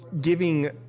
giving